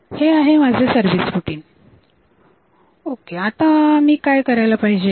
हे आहे माझे सर्विस रुटीन आता मी काय करायला पाहिजे